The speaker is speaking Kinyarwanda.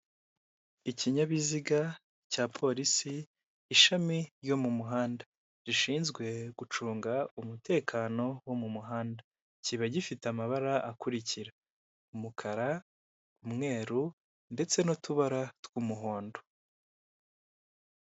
Ikinyabiziga cya polisi ishami ryo mu muhanda rishinzwe gucunga umutekano wo mu muhanda kikaba gifite amabara akurikira umukara, umweru ndetse n'utubara tw'umuhondo.